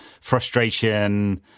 frustration